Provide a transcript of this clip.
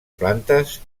plantes